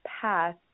path